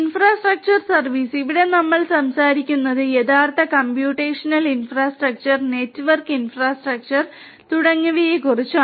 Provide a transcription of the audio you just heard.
infrastructure service ഇവിടെ നമ്മൾ സംസാരിക്കുന്നത് യഥാർത്ഥ കമ്പ്യൂട്ടേഷണൽ ഇൻഫ്രാസ്ട്രക്ചർ നെറ്റ്വർക്ക് ഇൻഫ്രാസ്ട്രക്ചർ തുടങ്ങിയവയെക്കുറിച്ചാണ്